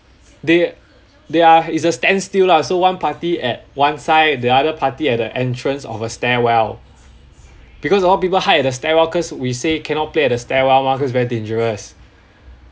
they they are it's a standstill lah so one party at one side the other party at the entrance of a stairwell because all people hide at the stairwell cause we say cannot play at the stairwell mah cause very dangerous